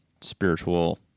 spiritual